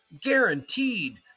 guaranteed